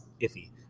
iffy